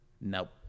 nope